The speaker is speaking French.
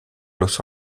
los